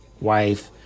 wife